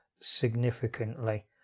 significantly